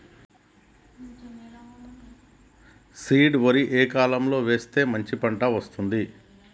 Seed వరి ఏ కాలం లో వేస్తే మంచి పంట వస్తది?